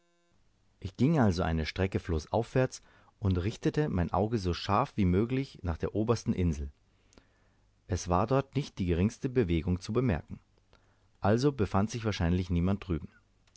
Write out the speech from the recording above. ich ging also eine strecke flußaufwärts und richtete mein auge so scharf wie möglich nach der obersten insel es war dort nicht die geringste bewegung zu bemerken also befand sich wahrscheinlich niemand drüben